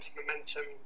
momentum